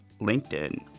LinkedIn